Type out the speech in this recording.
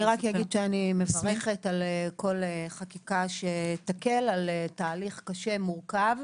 אני מברכת על כל חקיקה שתקל על תהליך קשה ומורכב.